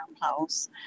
house